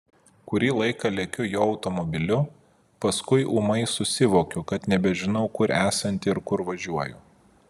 kurį laiką lekiu jo automobiliu paskui ūmai susivokiu kad nebežinau kur esanti ar kur važiuoju